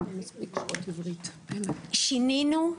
שינינו,